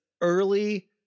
early